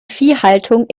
viehhaltung